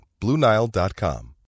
BlueNile.com